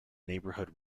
neighborhood